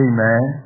Amen